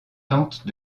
tentent